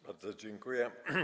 Bardzo dziękuję.